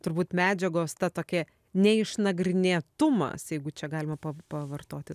turbūt medžiagos ta tokia neišnagrinėtumas jeigu čia galima pa pavartoti